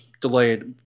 delayed